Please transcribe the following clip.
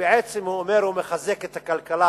כשבעצם הוא אומר שהוא מחזק את הכלכלה,